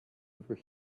over